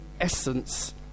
essence